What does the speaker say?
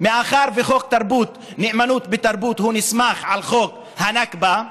מאחר שחוק הנאמנות בתרבות נסמך על חוק הנכבה,